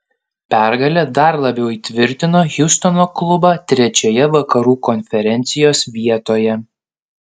pergalė dar labiau įtvirtino hjustono klubą trečioje vakarų konferencijos vietoje